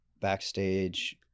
backstage